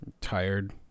tired